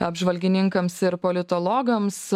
apžvalgininkams ir politologams